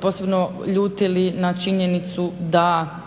posebno ljutili na činjenicu da